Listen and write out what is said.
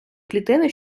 клітини